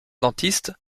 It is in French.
dentiste